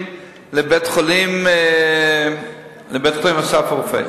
לבית-החולים "אסף הרופא".